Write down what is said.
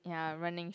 ya running